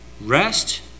Rest